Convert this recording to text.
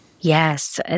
Yes